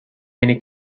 many